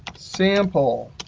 sample,